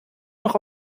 noch